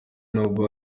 nubwo